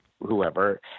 whoever